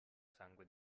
sangue